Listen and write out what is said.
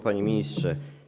Panie Ministrze!